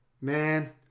man